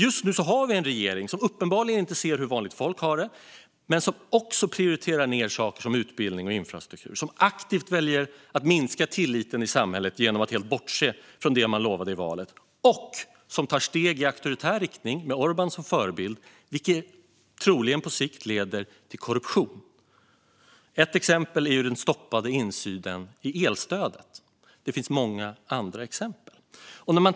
Just nu har vi en regering som uppenbarligen inte ser hur vanligt folk har det och som dessutom prioriterar ned saker som utbildning och infrastruktur. Man väljer aktivt att minska tilliten i samhället genom att helt bortse från det man lovade i valet. Man tar också steg i auktoritär riktning, med Orbán som förebild, vilket på sikt troligen leder till korruption. Ett exempel är den stoppade insynen i elstödet, och det finns många andra exempel.